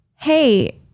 Hey